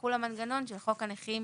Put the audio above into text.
יחול המנגנון של חוק הנכים